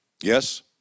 Yes